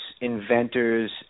inventors